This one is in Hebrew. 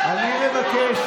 אתה דיברת,